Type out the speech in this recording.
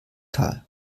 tal